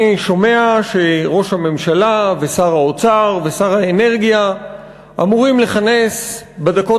אני שומע שראש הממשלה ושר האוצר ושר האנרגיה אמורים לכנס בדקות